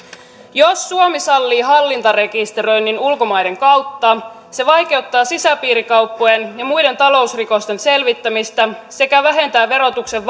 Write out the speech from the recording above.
jos suomi sallii hallintarekisteröinnin ulkomaiden kautta se vaikeuttaa sisäpiirikauppojen ja muiden talousrikosten selvittämistä sekä vähentää verotuksen